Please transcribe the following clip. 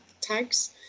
tags